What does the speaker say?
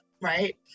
right